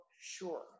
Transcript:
sure